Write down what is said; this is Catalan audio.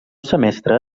semestre